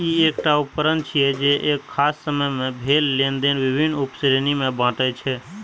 ई एकटा उकरण छियै, जे एक खास समय मे भेल लेनेदेन विभिन्न उप श्रेणी मे बांटै छै